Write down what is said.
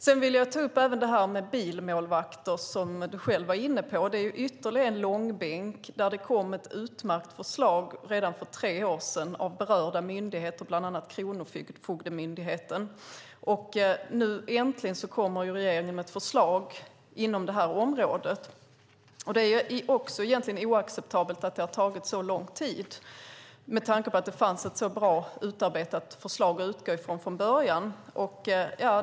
Sedan vill jag ta upp det här med bilmålvakter, som Ola Johansson själv var inne på. Det är ytterligare en långbänk. Det kom ett utmärkt förslag redan för tre år sedan av berörda myndigheter, bland annat Kronofogdemyndigheten. Nu äntligen kommer regeringen med ett förslag inom det här området. Det är egentligen oacceptabelt att det också har tagit så lång tid med tanke på att det från början fanns ett så bra utarbetat förslag att utgå från.